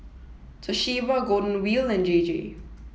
Toshiba Golden Wheel and J J